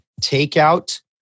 takeout